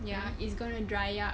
ya it's gonna dry up